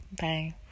Bye